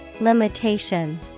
Limitation